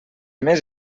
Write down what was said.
més